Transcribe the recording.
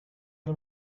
del